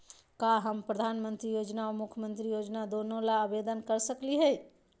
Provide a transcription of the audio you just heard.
का हम प्रधानमंत्री योजना और मुख्यमंत्री योजना दोनों ला आवेदन कर सकली हई?